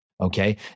okay